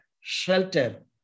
shelter